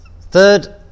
third